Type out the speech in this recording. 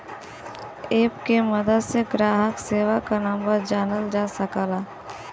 app के मदद से ग्राहक सेवा क नंबर जानल जा सकला